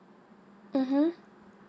mmhmm